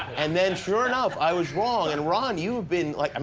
and then sure enough i was was and ron, you've been like i